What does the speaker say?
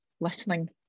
listening